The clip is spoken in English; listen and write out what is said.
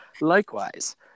likewise